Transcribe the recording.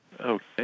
Okay